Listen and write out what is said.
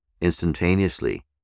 Instantaneously